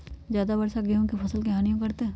ज्यादा वर्षा गेंहू के फसल के हानियों करतै?